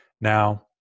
Now